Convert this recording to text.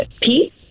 Pete